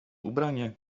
ubranie